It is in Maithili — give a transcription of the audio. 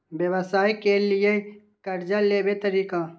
व्यवसाय के लियै कर्जा लेबे तरीका?